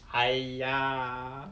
!haiya!